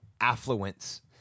affluence